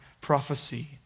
prophecy